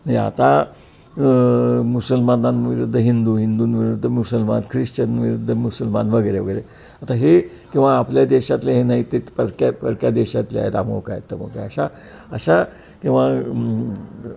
नाही आता मुसलमानांविरुद्ध हिंदू हिंदूंविरुद्ध मुसलमान ख्रिश्चन विरुद्ध मुसलमान वगैरे वगैरे आता हे किंवा आपल्या देशातले हे नाही ते परक्या परक्या देशातले आहे अमूक आहेत तमूक आहेत अशा अशा किंवा